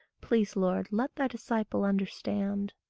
please, lord, let thy disciple understand.